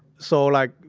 so like,